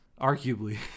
Arguably